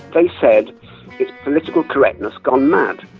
they said it's political correctness gone mad.